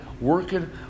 Working